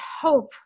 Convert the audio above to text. hope